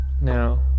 Now